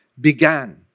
began